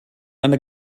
eine